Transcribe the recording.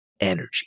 energy